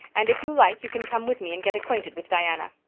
and if you like you can come with me and get acquainted with diana.